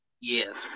Yes